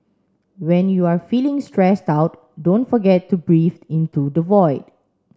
when you are feeling stressed out don't forget to breathe into the void